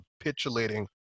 capitulating